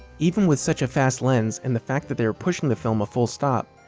even with such a fast lens and the fact that they were pushing the film a full stop,